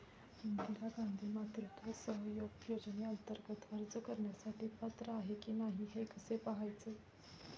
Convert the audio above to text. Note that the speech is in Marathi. इंदिरा गांधी मातृत्व सहयोग योजनेअंतर्गत अर्ज करण्यासाठी पात्र आहे की नाही हे कसे पाहायचे?